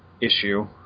issue